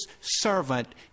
servant